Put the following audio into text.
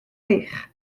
eich